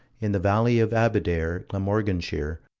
in the valley of abedare, glamorganshire,